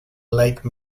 lake